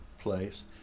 place